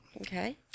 Okay